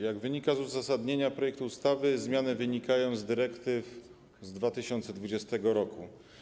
Jak wynika z uzasadnienia projektu ustawy zmiany wynikają z dyrektyw z 2020 r.